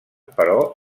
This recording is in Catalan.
però